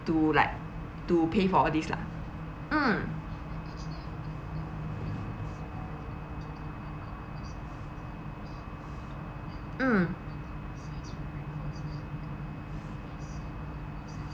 to like to pay for all these lah mm mm